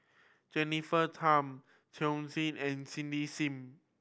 Jennifer Tham and Cindy Sim